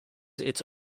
its